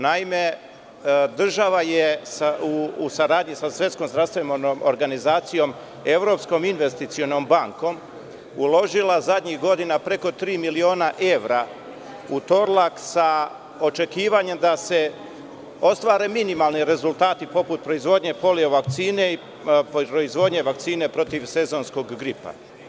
Naime, država je u saradnji sa Svetskom zdravstvenom organizacijom, Evropskom investicionom bankom, uložila zadnjih godina preko tri miliona evra u „Torlak“, sa očekivanjem da se ostvare minimalni rezultati poput proizvodnje polio vakcine i proizvodnje vakcine protiv sezonskog gripa.